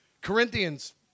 Corinthians